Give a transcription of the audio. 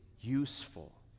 useful